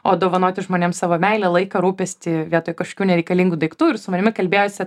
o dovanoti žmonėms savo meilę laiką rūpestį vietoj kažkokių nereikalingų daiktų ir su manimi kalbėjosi